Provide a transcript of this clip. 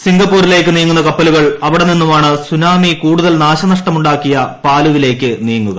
സിംഗപ്പൂരിലേക്ക് നീങ്ങുന്ന കപ്പലുകൾ അവിടെ നിന്നുമാണ് സുനാമി കൂടുതൽ നാശനഷ്ടമുണ്ടാക്കിയ പാലുവിലേയ്ക്ക് നീങ്ങുക